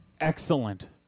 Excellent